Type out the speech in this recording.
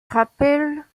rappelle